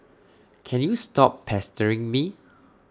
can you stop pestering me